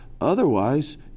Otherwise